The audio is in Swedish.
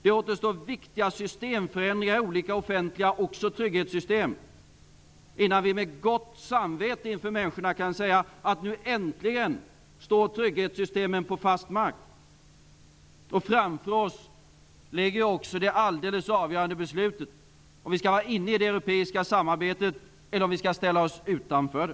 Det återstår viktiga systemförändringar i olika offentliga trygghetssystem, innan vi med gott samvete inför människorna kan säga att trygghetssystemen äntligen står på fast mark. Framför oss ligger också det alldeles avgörande beslutet: om vi skall gå in i det europeiska samarbetet eller om vi skall ställa oss utanför.